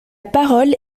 parole